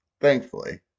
thankfully